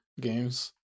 games